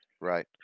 right